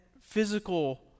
physical